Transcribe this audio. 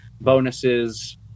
bonuses